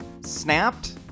snapped